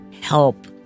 help